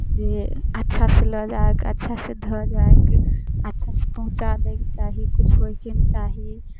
जे अच्छासँ लऽ जाइक अच्छासँ धऽ जाइक अच्छासँ पहुँचा दैके चाही किछु होयके नहि चाही